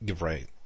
Right